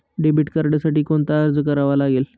Debit कार्डसाठी कोणता अर्ज करावा लागेल?